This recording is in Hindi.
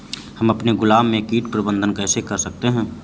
हम अपने गुलाब में कीट प्रबंधन कैसे कर सकते है?